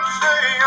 say